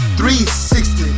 360